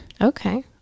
Okay